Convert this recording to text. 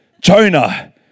Jonah